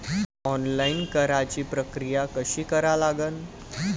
Online कराच प्रक्रिया कशी करा लागन?